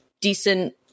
decent